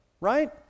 right